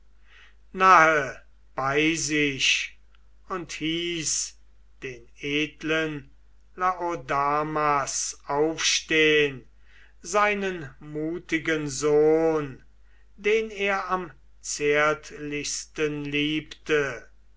nahe bei sich und hieß den edlen laodamas aufstehn seinen mutigen sohn den er am zärtlichsten liebte